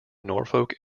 norfolk